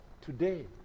today